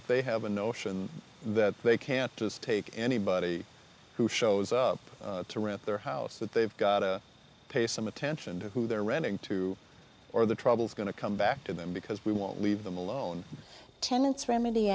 landlord they have a notion that they can't just take anybody who shows up to rent their house that they've got to pay some attention to who they're renting to or the trouble is going to come back to them because we won't leave them alone tenants remedy